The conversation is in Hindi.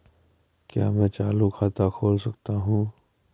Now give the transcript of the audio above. क्या मैं चालू खाता खोल सकता हूँ?